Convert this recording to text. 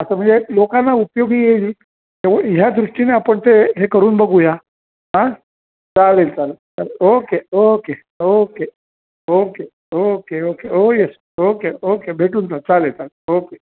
आता म्हणजे लोकांना उपयोगी येईल ह्या दृष्टीने आपण ते हे करून बघूया आ चालेल चालेल चालेल okay okay okay okay okay okay ओ येस ओके ओके भेटून सर चालेल चालेल ओके